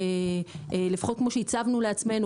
לפחות כמו שהצבנו לעצמנו,